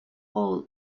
all